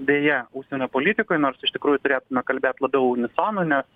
deja užsienio politikoj nors iš tikrųjų turėtume kalbėt labiau unisonu nes